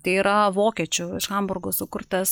tai yra vokiečių iš hamburgo sukurtas